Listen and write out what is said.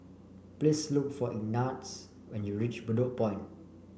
please look for Ignatz when you reach Bedok Point